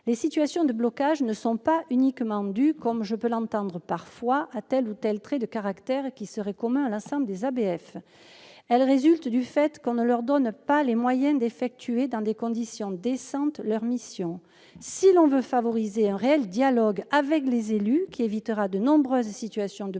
Les situations de blocage ne sont pas uniquement dues, comme je puis l'entendre dire parfois, à tel ou tel trait de caractère qui serait commun à l'ensemble des ABF ; elle résulte du fait que l'on ne leur donne pas les moyens d'effectuer dans des conditions décentes leur mission. Si l'on veut favoriser un réel dialogue avec les élus, qui évitera de nombreuses situations de blocage,